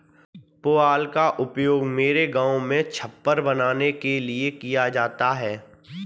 पुआल का उपयोग मेरे गांव में छप्पर बनाने के लिए किया जाता है